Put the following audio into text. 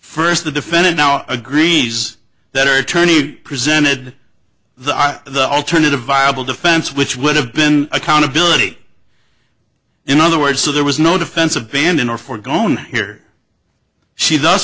first the defendant now agrees that her attorney presented the the alternative viable defense which would have been accountability in other words so there was no defense of bandon or for going on here she does